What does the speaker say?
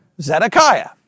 Zedekiah